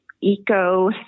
eco